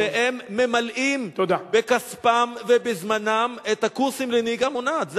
שממלאים בכספם ובזמנם את הקורסים לנהיגה מונעת.